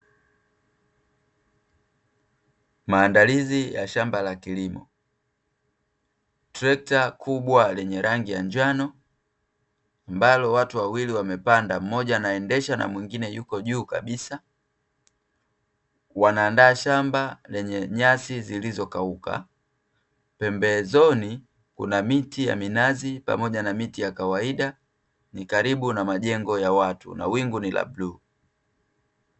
Maandalizi ya shamba la kilimo, trekta kubwa lenye rangi ya njano ambalo watu wawili wamepanda, mmoja anaendesha na mwingine yuko juu kabisa. Wanaandaa shamba lenye nyasi zilizokauka, pembezoni kuna miti ya minazi pamoja na miti ya kawaida, ni karibu na majengo ya watu na wingu ni la bluu.